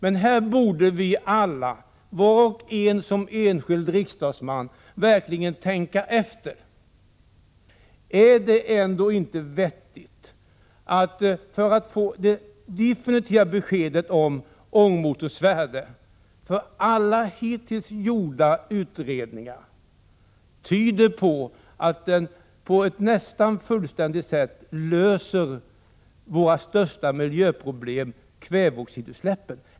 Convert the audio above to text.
Men här borde vi alla, var och en som enskild riksdagsman, verkligen tänka efter. Är det ändå inte vettigt att få det definitiva beskedet om ångmotorns värde? Alla hittills gjorda utredningar tyder på att den nästan fullständigt löser vårt största miljöproblem, kväveoxidutsläppen.